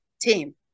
team